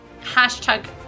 hashtag